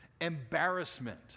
Embarrassment